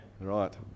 Right